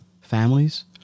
families